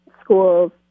schools